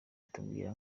itubwira